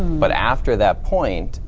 but after that point,